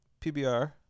pbr